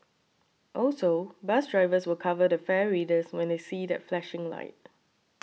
also bus drivers will cover the fare readers when they see that flashing light